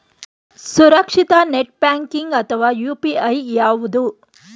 ಸುರಕ್ಷಿತ net banking ಅಥವಾ UPI ಯಾವುದು?